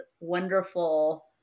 wonderful